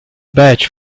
badge